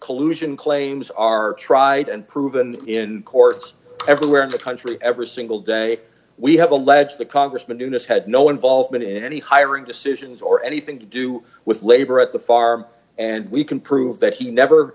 collusion claims are tried and proven in courts everywhere in the country every single day we have alleged that congressman dennis had no involvement in any hiring decisions or anything to do with labor at the farm and we can prove that he never